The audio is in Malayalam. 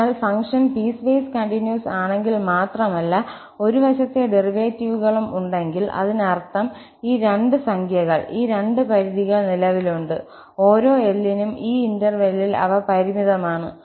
അതിനാൽ ഫംഗ്ഷൻ പീസ്വേസ് കണ്ടിന്യൂസ് ആണെങ്കിൽ മാത്രമല്ല ഒരു വശത്തെ ഡെറിവേറ്റീവുകളും ഉണ്ടെങ്കിൽ അതിനർത്ഥം ഈ രണ്ട് സംഖ്യകൾ ഈ രണ്ട് പരിധികൾ നിലവിലുണ്ട് ഓരോ L നും ഈ ഇന്റെർവെല്ലിൽ അവ പരിമിതമാണ്